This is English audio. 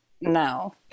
No